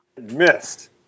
Missed